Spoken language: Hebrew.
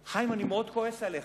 חיים, אני מאוד כועס עליך.